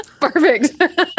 Perfect